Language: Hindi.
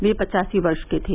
वे पचासी वर्ष के थे